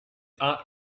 art